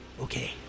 Okay